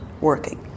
working